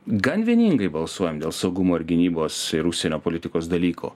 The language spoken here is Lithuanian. gan vieningai balsuojam dėl saugumo ir gynybos ir užsienio politikos dalykų